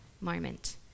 moment